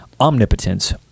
omnipotence